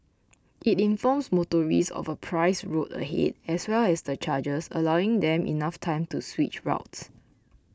it informs motorists of a priced road ahead as well as the charges allowing them enough time to switch routes